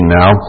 now